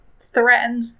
threatened